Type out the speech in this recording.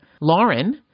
Lauren